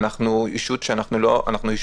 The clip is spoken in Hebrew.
אנחנו ישות נפרדת,